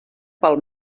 pel